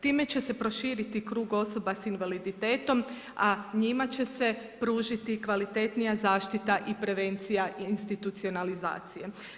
Time će se proširiti krug osoba sa invaliditetom a njima će se pružiti kvalitetnija zaštita i prevencija institucionalizacije.